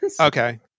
Okay